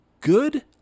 good